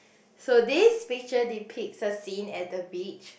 so this picture depict the scene at the beach